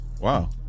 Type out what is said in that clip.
Wow